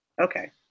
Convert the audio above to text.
Okay